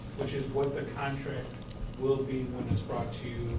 which is what the contract will be when it's brought to